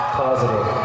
positive